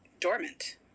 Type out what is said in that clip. dormant